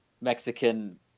Mexican